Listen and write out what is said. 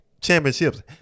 championships